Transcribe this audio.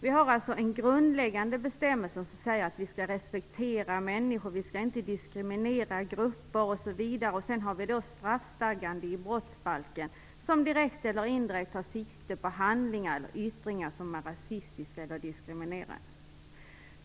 Vi har en grundläggande bestämmelse om att vi skall respektera människor, att vi inte skall diskriminera grupper osv. Vidare har vi straffstadgan i brottsbalken, som direkt eller indirekt tar sikte på handlingar eller yttringar som är rasistiska eller diskriminerande.